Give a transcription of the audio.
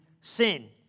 sin